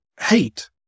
hate